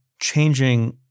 changing